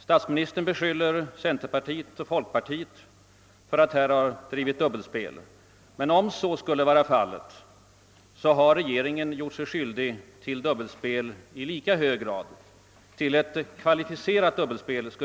Statsministern beskyller centerpartiet och folkpartiet för att ha drivit ett dubbelspel, men om så skulle vara fallet har regeringen i lika hög grad gjort sig skyldig härtill. Jag vill t.o.m. beteckna dess agerande som ett kvalificerat dubbelspel.